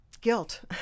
guilt